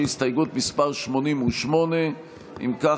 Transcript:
שהיא הסתייגות מס' 88. אם כך,